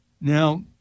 Now